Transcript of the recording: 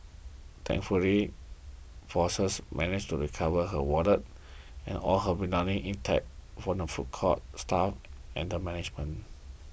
thankfully Flores managed to recover her wallet and all her belongings intact from the food court's staff and management